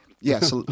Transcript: yes